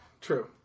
True